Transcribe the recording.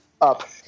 up